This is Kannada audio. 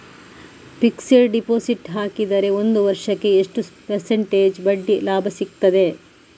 ಫಿಕ್ಸೆಡ್ ಡೆಪೋಸಿಟ್ ಹಾಕಿದರೆ ಒಂದು ವರ್ಷಕ್ಕೆ ಎಷ್ಟು ಪರ್ಸೆಂಟೇಜ್ ಬಡ್ಡಿ ಲಾಭ ಸಿಕ್ತದೆ?